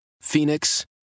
Phoenix